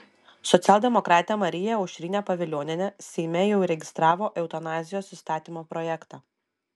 socialdemokratė marija aušrinė pavilionienė seime jau įregistravo eutanazijos įstatymo projektą